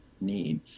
need